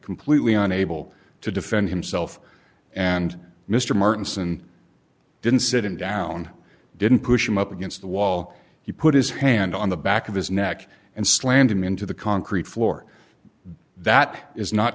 completely unable to defend himself and mr martin's and didn't sit him down didn't push him up against the wall he put his hand on the back of his neck and slammed him into the concrete floor that is not